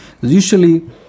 Usually